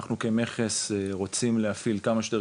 אנחנו כמכס רוצים להפעיל כמה שיותר